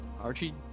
Archie